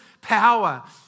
power